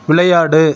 விளையாடு